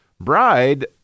bride